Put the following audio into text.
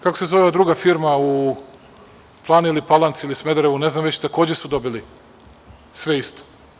Kako se zove ova druga firma u Plani ili Palanci ili Smederevu, ne znam već, takođe su dobili sve isto.